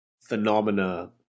phenomena